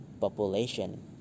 population